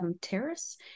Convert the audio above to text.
Terrace